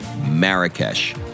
Marrakesh